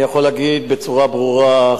אני יכול להגיד בצורה ברורה,